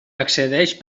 accedeix